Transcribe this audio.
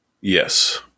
Yes